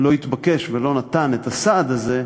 לא התבקש ולא נתן את הסעד הזה,